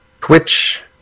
Twitch